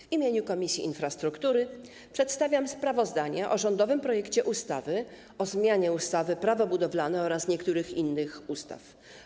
W imieniu Komisji Infrastruktury przedstawiam sprawozdanie o rządowym projekcie ustawy o zmianie ustawy - Prawo budowlane oraz niektórych innych ustaw.